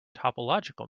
topological